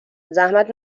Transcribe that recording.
زحمت